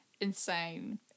insane